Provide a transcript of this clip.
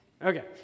Okay